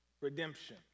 redemption